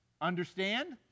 Understand